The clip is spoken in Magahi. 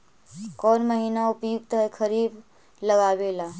कौन महीना उपयुकत है खरिफ लगावे ला?